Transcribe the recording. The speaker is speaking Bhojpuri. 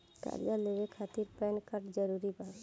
कर्जा लेवे खातिर पैन कार्ड जरूरी बा?